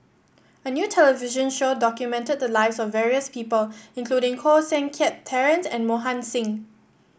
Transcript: a new television show documented the lives of various people including Koh Seng Kiat Terence and Mohan Singh